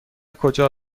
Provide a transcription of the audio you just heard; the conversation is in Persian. کجا